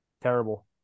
terrible